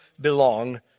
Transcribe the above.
belong